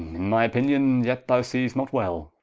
my opinion, yet thou seest not well